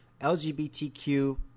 lgbtq